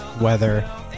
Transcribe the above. weather